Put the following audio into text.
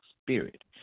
Spirit